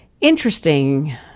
Interesting